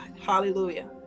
Hallelujah